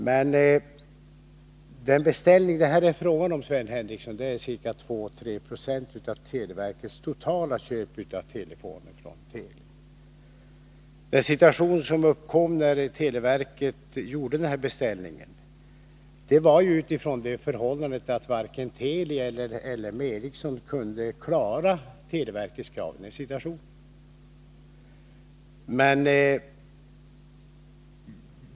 Men den beställning som det rör sig om här är ca 2-3 90 av televerkets totala köp av telefoner från Teli. Televerket gjorde beställningen mot bakgrund av att varken Teli eller L M Ericsson kunde klara televerkets krav i den aktuella situationen.